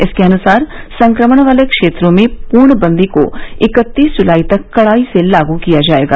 इसके अनुसार संक्रमण वाले क्षेत्रों में पूर्णबंदी को इकत्तीस जुलाई तक कड़ाई से लागू किया जाएगा